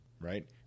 right